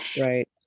Right